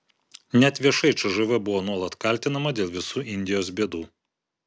net viešai cžv buvo nuolat kaltinama dėl visų indijos bėdų